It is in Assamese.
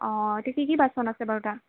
অঁ এতিয়া কি কি বাচন আছে বাৰু তাত